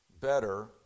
better